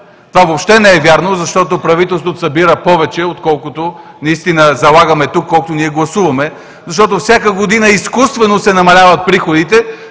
Това въобще не е вярно, защото правителството събира повече, отколкото наистина залагаме тук, колкото ние гласуваме. Защото всяка година изкуствено се намаляват приходите,